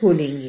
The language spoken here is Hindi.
खोलेंगे